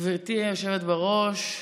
גברתי היושבת-ראש,